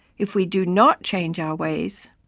if we do not change our ways,